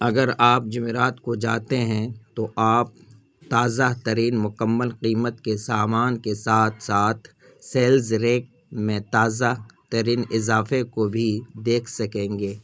اگر آپ جمعرات کو جاتے ہیں تو آپ تازہ ترین مکمل قیمت کے سامان کے ساتھ ساتھ سیلز ریک میں تازہ ترین اضافے کو بھی دیکھ سکیں گے